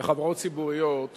בחברות ציבוריות